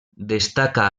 destaca